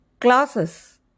classes